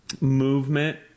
movement